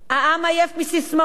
העם עייף מססמאות.